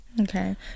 Okay